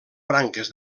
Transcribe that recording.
branques